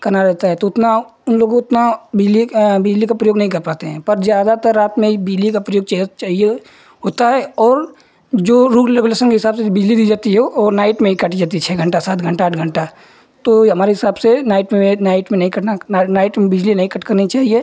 करना रहता है तो उतना उन लोगों को उतनी बिजली बिजली का प्रयोग नहीं कर पाते हैं पर ज़्यादातर रात में ही बिजली का प्रयोग चाहिए होता है और जो रूल रेगुलेशन के हिसाब से बिजली दी जाती है वह नाइट में ही काटी जाती है छह घण्टा सात घण्टा आठ घण्टा तो यह हमारे हिसाब से नाइट में नाइट में नहीं काटना नाइट में बिजली नहीं कट करनी चाहिए